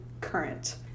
current